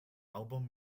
album